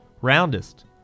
roundest